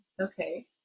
Okay